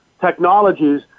technologies